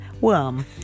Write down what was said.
worm